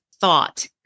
thought